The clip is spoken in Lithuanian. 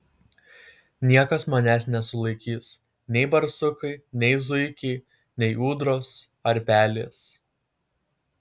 niekas manęs nesulaikys nei barsukai nei zuikiai nei ūdros ar pelės